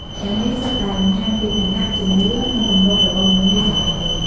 ទាំងនេះសុទ្ធតែបង្ហាញពីឋានៈ ជំនឿ ឬទម្លាប់របស់មនុស្សនាសម័យនោះ ។